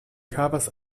havas